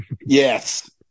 Yes